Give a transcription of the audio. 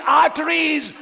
arteries